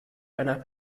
einer